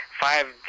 five